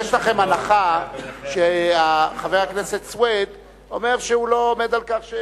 יש לכם הנחה שחבר הכנסת סוייד אומר שהוא לא עומד על כך,